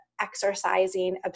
exercising